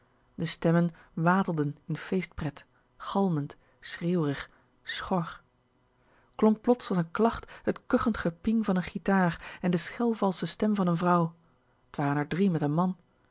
heen stemmen watelden in feestpret galmend schreeuwrig schemrn d schor klonk plots als een klacht t kuchend gepieng van een gitaar en de schelvalsche stem van n vrouw t waren r drie met n man